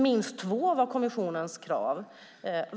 Minst två elprisområden var kommissionens krav.